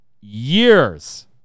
Years